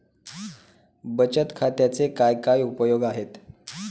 बचत खात्याचे काय काय उपयोग आहेत?